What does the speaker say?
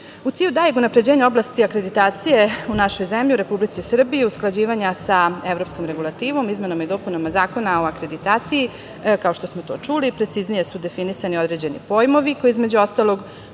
cilju daljeg unapređenja oblasti akreditacije u našoj zemlji, u Republici Srbiji, usklađivanja sa evropskom regulativom izmenama i dopunama Zakona o akreditaciji, kao što smo to čuli, preciznije su definisani određeni pojmovi koji sublimiraju